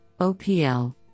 OPL